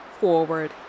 forward